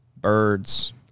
birds